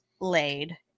laid